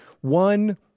one